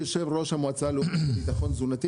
יושב ראש המועצה הלאומית לביטחון תזונתי,